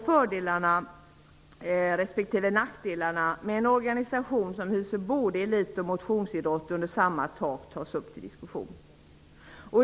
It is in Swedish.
Fördelarna respektive nackdelarna med en organisation som hyser både elit och motionsidrott under samma tak bör tas upp till diskussion.